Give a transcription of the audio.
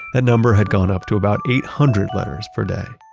that number had gone up to about eight hundred letters per day.